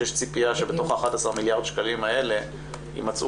שיש ציפייה שבתוך ה-11 מיליארד שקלים האלה יימצאו